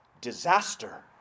disaster